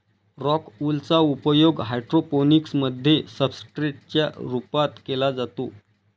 rock wool चा उपयोग hydroponics मध्ये सब्सट्रेट च्या रूपात केला जातो